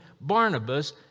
barnabas